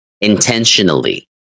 intentionally